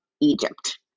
Egypt